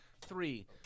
Three